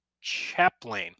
chaplain